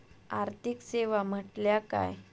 आर्थिक सेवा म्हटल्या काय?